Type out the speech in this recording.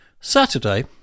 Saturday